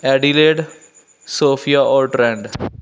Adelaide Sofia Ortrand